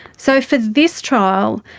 so for this trial,